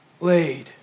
laid